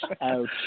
ouch